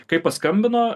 kai paskambino